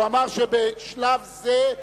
הוא אמר שבשלב זה,